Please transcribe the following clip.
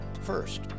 first